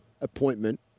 appointment